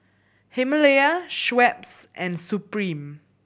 Himalaya Schweppes and Supreme